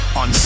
on